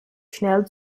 schnell